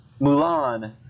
Mulan